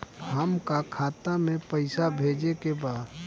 हमका खाता में पइसा भेजे के बा